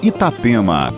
Itapema